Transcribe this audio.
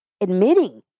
Admitting